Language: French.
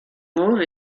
mauve